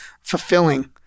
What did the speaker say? fulfilling